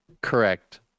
Correct